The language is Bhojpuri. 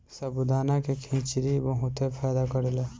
साबूदाना के खिचड़ी बहुते फायदा करेला